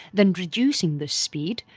then reducing the speed,